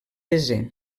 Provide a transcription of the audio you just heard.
desè